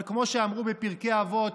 אבל כמו שאמרו בפרקי אבות,